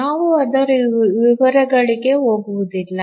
ನಾವು ಅದರ ವಿವರಗಳಿಗೆ ಹೋಗುವುದಿಲ್ಲ